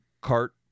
cart